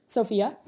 Sophia